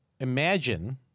Imagine